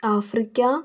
Africa